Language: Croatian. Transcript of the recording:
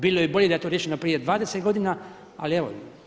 Bilo bi bolje da je to riješeno prije 20 godina, ali evo.